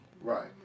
Right